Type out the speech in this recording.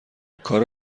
کار